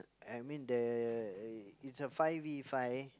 I mean there i~ it's a five V five